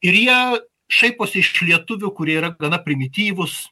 ir jie šaiposi iš lietuvių kurie yra gana primityvūs